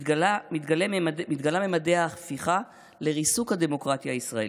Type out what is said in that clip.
מתגלים ממדי ההפיכה לריסוק הדמוקרטיה הישראלית.